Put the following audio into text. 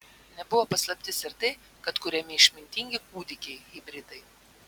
nebuvo paslaptis ir tai kad kuriami išmintingi kūdikiai hibridai